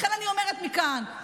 לכן אני אומרת מכאן,